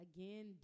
Again